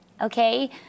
okay